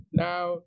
now